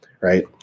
right